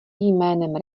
jménem